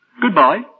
Goodbye